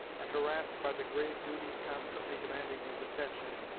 and harassed by the grave duties constantly demanding his attention,